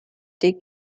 der